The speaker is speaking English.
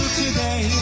today